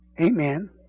amen